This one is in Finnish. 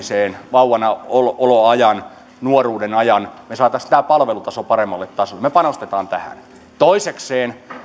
vauvanaoloajan nuoruuden ajan palvelun paremmalle tasolle me panostamme tähän toisekseen